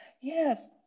yes